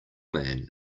man